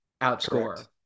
outscore